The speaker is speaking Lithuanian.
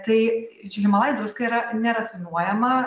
tai iš himalajų druska yra nerafinuojama